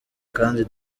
kandi